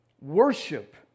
worship